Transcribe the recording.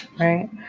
Right